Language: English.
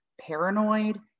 paranoid